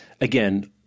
again